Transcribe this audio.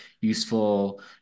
useful